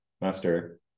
Master